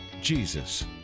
Jesus